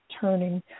turning